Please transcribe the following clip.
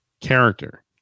character